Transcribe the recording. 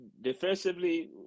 defensively